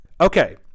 Okay